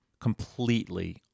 completely